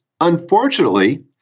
unfortunately